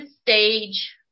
stage